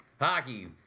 Hockey